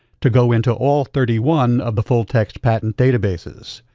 to go into all thirty one of the full-text patent databases.